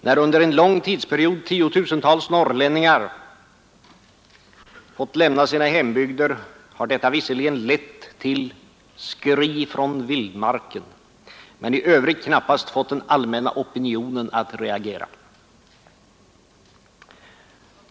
När under en lång tidsperiod tiotusentals norrlänningar fått lämna sina hembygder har detta visserligen lett till ”skri från vildmarken” men i övrigt knappast fått den allmänna opinionen att reagera.